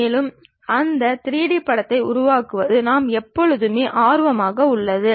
பல தோற்ற எறிய வரைபடங்களை உருவாக்க சிறிது திறன் தேவைப்படுகிறது